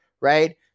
Right